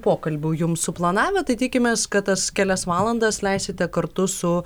pokalbių jums suplanavę tai tikimės kad tas kelias valandas leisite kartu su